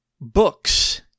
books